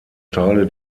teile